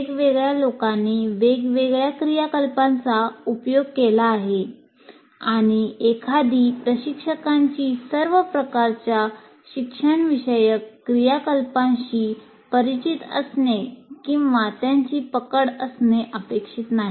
वेगवेगळ्या लोकांनी वेगवेगळ्या क्रियाकलापांचा उपयोग केला आहे आणि एखाद्या प्रशिक्षकाची सर्व प्रकारच्या शिक्षणविषयक क्रियाकलापांशी परिचित असणे किंवा त्यांची पकड असणे अपेक्षित नाही